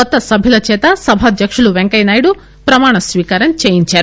కొత్త సభ్యుల చేత సభాధ్యకులు వెంకయ్యనాయుడు ప్రమాణ స్వీకారం చేయించారు